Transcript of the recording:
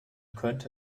könnte